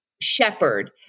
Shepherd